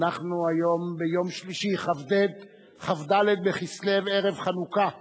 היום יום שלישי, כ"ד בכסלו, ערב חנוכה תשע"ב,